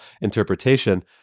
interpretation